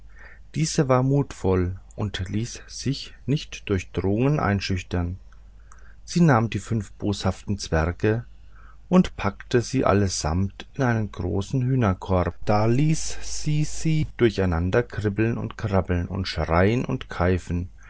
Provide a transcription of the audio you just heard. diese war mutvoll und ließ sich nicht durch drohungen einschüchtern sie nahm die fünf boshaften zwerge und packte sie allesamt in einen großen hühnerkorb da ließ sie sie durcheinander kribbeln und krabbeln und schreien und kneifen